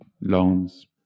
loans